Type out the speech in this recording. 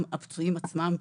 גם הפצועים עצמם,